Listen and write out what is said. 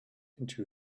into